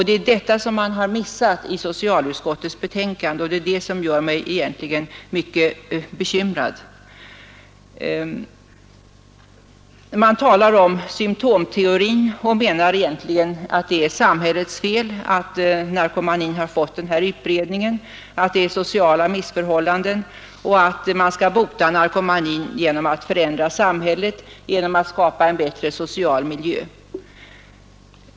Det är detta som man har missat i socialutskottets betänkande, och det gör mig mycket bekymrad. Man talar om symtomteorin och menar därmed att det egentligen är samhällets fel att narkomanin har fått en sådan utbredning. Det råder sociala missförhållanden och man skall bota narkomanin genom att förändra samhället, genom att skapa en bättre social miljö.